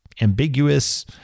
ambiguous